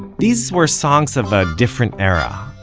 these were songs of a different era,